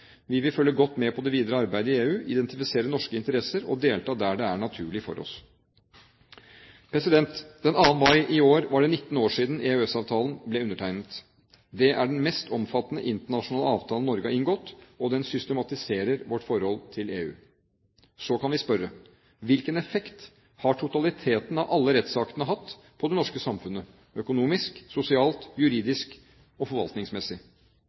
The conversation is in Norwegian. Vi vil følge godt med på det videre arbeidet i EU, identifisere norske interesser og delta der det er naturlig for oss. Den 2. mai i år var det 19 år siden EØS-avtalen ble undertegnet. Det er den mest omfattende internasjonale avtalen Norge har inngått, og den systematiserer vårt forhold til EU. Så kan vi spørre: Hvilken effekt har totaliteten av alle rettsaktene hatt på det norske samfunnet – økonomisk, sosialt, juridisk og forvaltningsmessig?